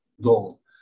goal